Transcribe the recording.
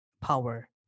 power